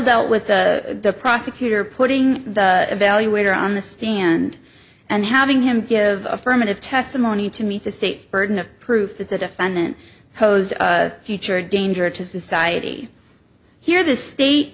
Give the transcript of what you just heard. dealt with the prosecutor putting the evaluator on the stand and having him give affirmative testimony to meet the state's burden of proof that the defendant posed future danger to society here the state